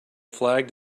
flagged